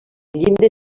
llindes